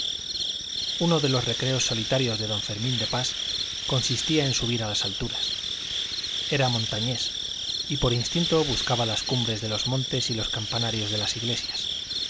uno de los recreos solitarios de don fermín de pas consistía en subir a las alturas era montañés y por instinto buscaba las cumbres de los montes y los campanarios de las iglesias